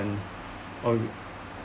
!ow!